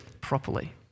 properly